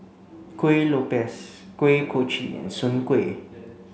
Kuih Lopes Kuih Kochi and Soon Kway